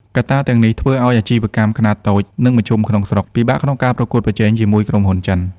កត្តាទាំងនេះធ្វើឲ្យអាជីវកម្មខ្នាតតូច និងមធ្យមក្នុងស្រុក ពិបាកក្នុងការប្រកួតប្រជែងជាមួយក្រុមហ៊ុនចិន។